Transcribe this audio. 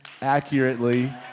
accurately